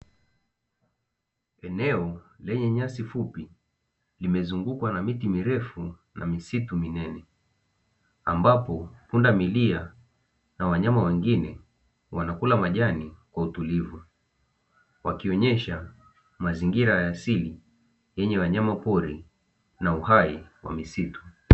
Eneo lenye nyasi fupi limezungukwa na miti mirefu na misitu minene, ambapo pundamilia na wanyama wengine wanakula majani kwa utulivu, wakioyesha mazingira ya asili yenye wanyamapori na uhai wa misitu.